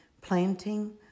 planting